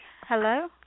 Hello